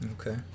Okay